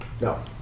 No